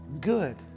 good